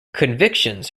convictions